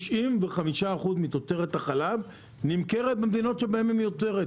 95% מתוצרת החלב נמכרת במדינות בהן היא מיוצרת.